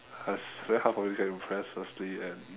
cause very hard for me to get impressed firstly and